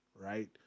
right